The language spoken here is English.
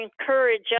encourage